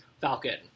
Falcon